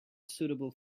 suitable